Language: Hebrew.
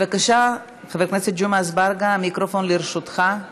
בבקשה, חבר הכנסת ג'מעה אזברגה, המיקרופון לרשותך.